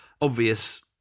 Obvious